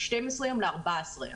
מ-12 יום ל-14 ימים.